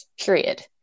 period